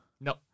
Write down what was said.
No